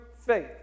faith